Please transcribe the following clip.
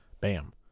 bam